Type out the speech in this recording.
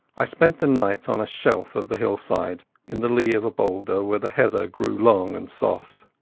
i spent the night on a shelf of the hillside, in the lee of a boulder where the heather grew long and soft.